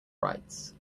rights